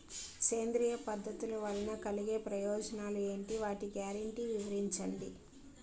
సేంద్రీయ పద్ధతుల వలన కలిగే ప్రయోజనాలు ఎంటి? వాటి గ్యారంటీ వివరించండి?